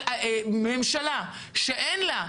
ממשלה שאין לה,